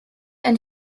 ein